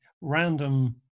random